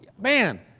man